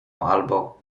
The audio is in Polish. albo